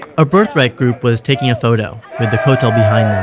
a birthright group was taking a photo, with the kotel behind them.